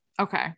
Okay